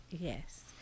Yes